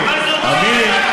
אמיר,